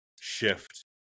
shift